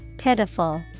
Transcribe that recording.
Pitiful